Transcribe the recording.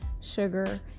sugar